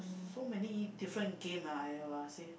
so many different game ah !aiyo! I see